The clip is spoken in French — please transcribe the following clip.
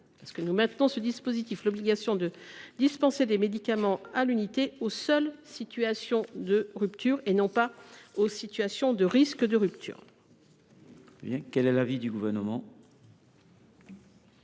juge souhaitable de réserver l’obligation de dispenser des médicaments à l’unité aux seules situations de rupture et non aux situations de risque de rupture. Quel est l’avis du Gouvernement ?